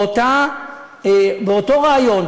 באותו רעיון,